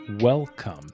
Welcome